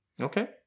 Okay